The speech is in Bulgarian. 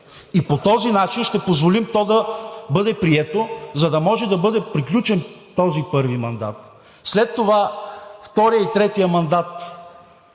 и по този начин ще позволим то да бъде прието, за да може да бъде приключен този първи мандат, след това да бъде приключена